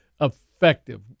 effective